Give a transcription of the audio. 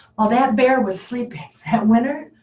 well, that bear was sleeping that winter,